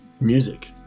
music